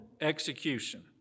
execution